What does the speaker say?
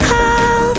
Call